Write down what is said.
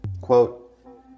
Quote